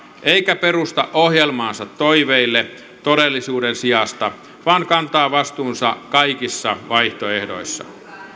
eikä perusta ohjelmaansa toiveille todellisuuden sijasta vaan kantaa vastuunsa kaikissa vaihtoehdoissa